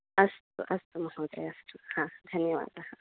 अस्तु अस्तु महोदय अस्तु हा धन्यवादः